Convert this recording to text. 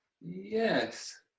Yes